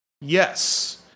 yes